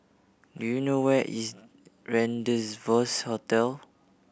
do you know where is Rendezvous Hotel